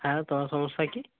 হ্যাঁ তোমার সমস্যা কি